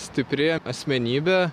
stipri asmenybė